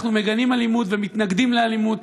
אנחנו מגנים אלימות, ומתנגדים לאלימות,